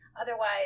otherwise